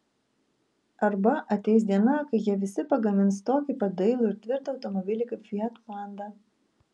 arba ateis diena kai jie visi pagamins tokį pat dailų ir tvirtą automobilį kaip fiat panda